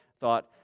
thought